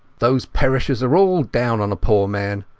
those perishers are all down on a poor man.